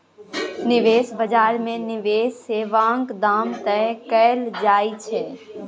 निबेश बजार मे निबेश सेबाक दाम तय कएल जाइ छै